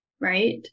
right